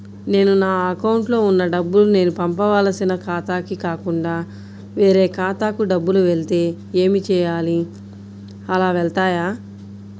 నేను నా అకౌంట్లో వున్న డబ్బులు నేను పంపవలసిన ఖాతాకి కాకుండా వేరే ఖాతాకు డబ్బులు వెళ్తే ఏంచేయాలి? అలా వెళ్తాయా?